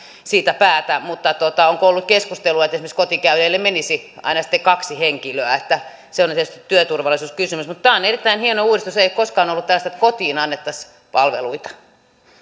siitä päätä onko ollut keskustelua että esimerkiksi kotikäynneille menisi aina sitten kaksi henkilöä se on tietysti työturvallisuuskysymys mutta tämä on erittäin hieno uudistus ei ole koskaan ollut tällaista että kotiin annettaisiin palveluita